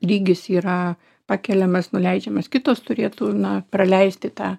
lygis yra pakeliamas nuleidžiamas kitos turėtų na praleisti tą